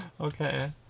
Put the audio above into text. Okay